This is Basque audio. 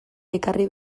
ekarri